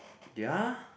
ya